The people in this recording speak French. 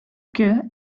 que